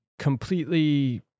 Completely